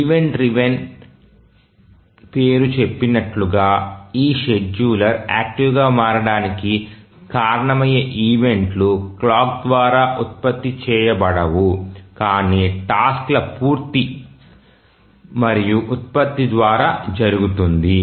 event driven పేరు చెప్పినట్లుగా ఈ షెడ్యూలర్లు యాక్టివ్గా మారడానికి కారణమయ్యే ఈవెంట్లు క్లాక్ ద్వారా ఉత్పత్తి చేయబడవు కానీ టాస్క్ ల పూర్తి మరియు ఉత్పత్తి ద్వారా జరుగుతుంది